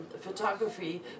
photography